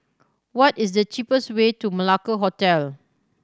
what is the cheapest way to Malacca Hotel